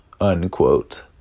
unquote